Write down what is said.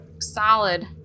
Solid